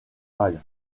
hall